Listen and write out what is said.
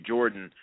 Jordan